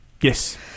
Yes